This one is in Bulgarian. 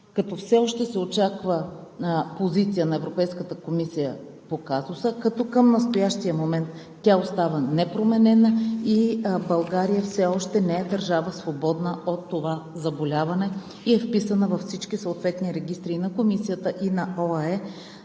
като все още се очаква позиция на Европейската комисия по казуса. Тя към настоящия момент остава непроменена и България все още не е държава, свободна от това заболяване, и е вписана, във всички съответни регистри на Комисията и на